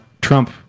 Trump